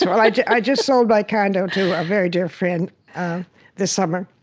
i just sold my condo to a very dear friend this summer.